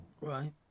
Right